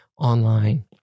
online